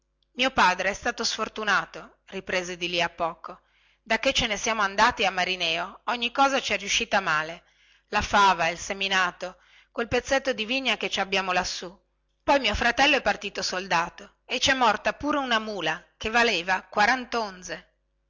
mio padre è stato sfortunato riprese di lì a poco dacchè ce ne siamo andati a marineo ogni cosa ci è riuscita male la fava il seminato quel pezzetto di vigna che ci abbiamo lassù poi mio fratello è partito soldato e ci è morta pure una mula che valeva